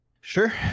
Sure